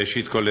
ראשית כול,